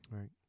right